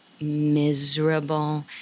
miserable